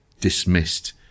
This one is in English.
dismissed